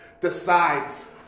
Decides